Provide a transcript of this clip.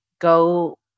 go